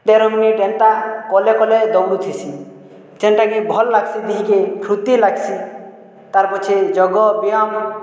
ତେର ମିନିଟ୍ ଏନ୍ତା କଲେକଲେ ଦୌଡ଼ୁଥିସି ଯେନ୍ଟାକି ଭଲ୍ ଲାଗ୍ସି ଦିହିକେ ଫୁର୍ତ୍ତି ଲାଗ୍ସି ତାର୍ ପଛେ ଯୋଗ ବିୟାମ୍